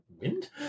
wind